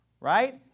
right